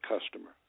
customer